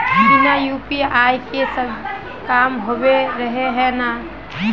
बिना यु.पी.आई के सब काम होबे रहे है ना?